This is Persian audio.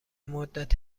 مدت